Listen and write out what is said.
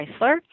Chrysler